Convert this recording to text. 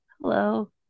hello